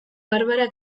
barbara